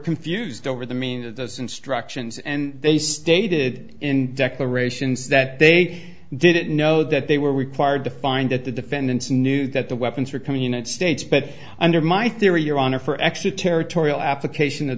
confused over the meaning of those instructions and they stated in declarations that they didn't know that they were required to find that the defendants knew that the weapons were coming in and states but under my theory your honor for extraterritorial application